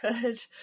good